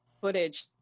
footage